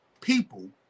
people